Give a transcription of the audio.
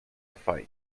fight